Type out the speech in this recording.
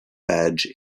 badge